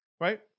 Right